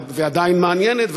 ועדיין מעניינת,